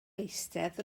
eistedd